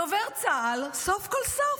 דובר צה"ל, סוף-כל-סוף,